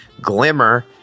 Glimmer